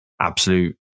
absolute